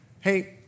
hey